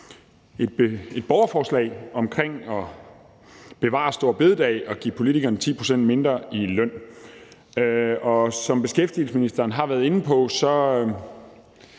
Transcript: et borgerforslag om at bevare store bededag og give politikerne 10 pct. mindre i løn. Som beskæftigelsesministeren har været inde på, er